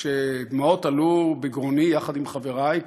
כשדמעות עלו בגרוני יחד עם חברי,